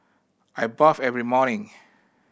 I bath every morning